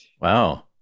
wow